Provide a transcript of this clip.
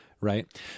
right